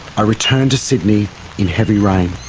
i return to sydney in heavy rain.